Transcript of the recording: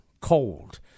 cold